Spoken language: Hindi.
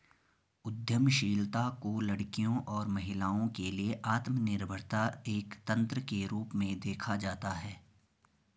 उद्यमशीलता को लड़कियों और महिलाओं के लिए आत्मनिर्भरता एक तंत्र के रूप में देखा जाता है